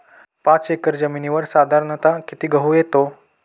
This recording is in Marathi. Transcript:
पाच एकर जमिनीवर साधारणत: किती गहू येतो?